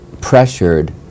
pressured